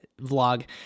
vlog